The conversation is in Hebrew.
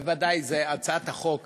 בוודאי זו הצעת החוק